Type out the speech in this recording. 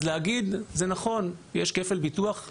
אז להגיד, זה נכון, יש כפל ביטוח.